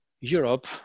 Europe